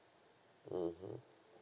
mmhmm